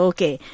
Okay